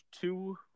Two